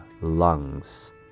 lungs